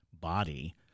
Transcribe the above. body